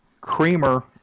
creamer